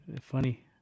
Funny